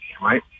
right